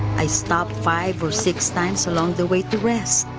i stop five or six times along the way to rest.